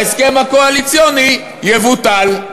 בהסכם הקואליציוני: יבוטל.